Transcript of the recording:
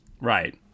Right